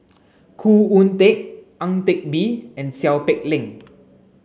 Khoo Oon Teik Ang Teck Bee and Seow Peck Leng